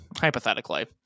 hypothetically